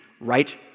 right